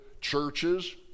churches